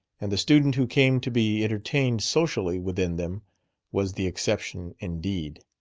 and the student who came to be entertained socially within them was the exception indeed.